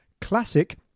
CLASSIC